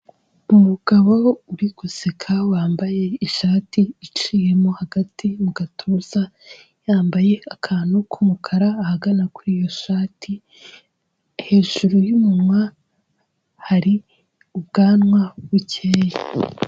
Umugabo uri guseka wambaye ishati, iciyemo hagati mu gatuza, yambaye akantu k'umukara, ahagana kuri iyo shati, hejuru y'umunwa hari ubwanwa bukeye.